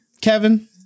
Kevin